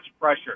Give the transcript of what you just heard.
pressure